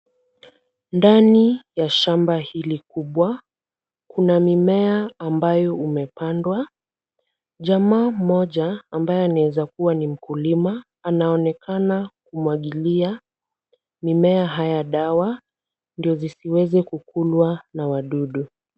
Ndani ya shamba hili kubwa. Kuna mimea ambayo umepandwa. Jamaa mmoja ambaye anaweza kuwa ni mkulima anaonekana kumwagilia mimea haya dawa. Ndio zisiweze kukulwa na wadudu.